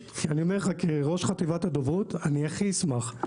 כראש חטיבת הדוברות אני הכי אשמח.